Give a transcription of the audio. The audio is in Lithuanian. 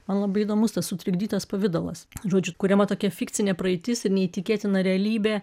man labai įdomus tas sutrikdytas pavidalas žodžiu kuriama tokia fikcinė praeitis ir neįtikėtina realybė